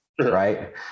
right